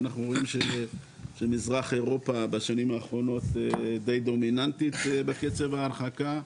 אנחנו רואים שמזרח אירופה בשנים האחרונות די דומיננטית בקצב ההרחקה.